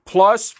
Plus